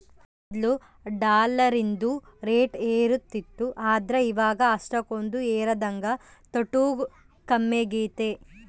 ಮೊದ್ಲು ಡಾಲರಿಂದು ರೇಟ್ ಏರುತಿತ್ತು ಆದ್ರ ಇವಾಗ ಅಷ್ಟಕೊಂದು ಏರದಂಗ ತೊಟೂಗ್ ಕಮ್ಮೆಗೆತೆ